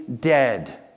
dead